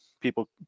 people